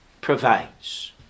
provides